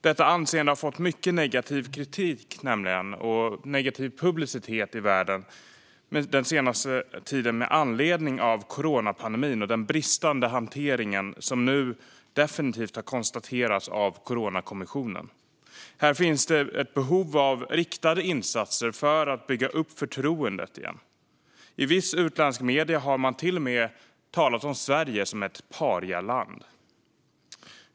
Detta anseende har fått mycket kritik och negativ publicitet i världen den senaste tiden med anledning av coronapandemin och den bristande hantering som nu definitivt har konstaterats av Coronakommissionen. Här finns ett behov av riktade insatser för att bygga upp förtroendet igen. I vissa utländska medier har man till och med talat om Sverige som ett parialand.